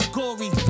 gory